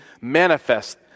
manifest